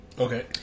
Okay